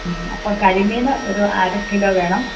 മ്മ് അപ്പം കരിമീൻ ഒരു അര കിലോ വേണം